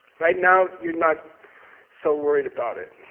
right now you're not so worried about it,